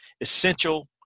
essential